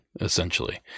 essentially